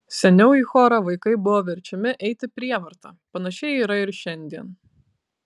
seniau į chorą vaikai buvo verčiami eiti prievarta panašiai yra ir šiandien